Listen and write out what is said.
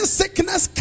sickness